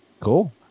Cool